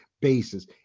basis